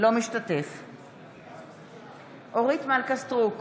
אינו משתתף בהצבעה אורית מלכה סטרוק,